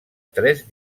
tres